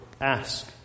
Ask